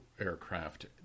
aircraft